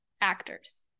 Actors